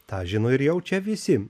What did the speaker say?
tą žino ir jaučia visi